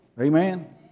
Amen